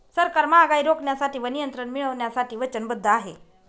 सरकार महागाई रोखण्यासाठी व नियंत्रण मिळवण्यासाठी वचनबद्ध आहे